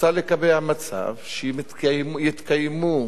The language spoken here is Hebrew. רוצה לקבע מצב, שיתקיימו